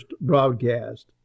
broadcast